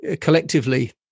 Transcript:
collectively